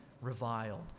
reviled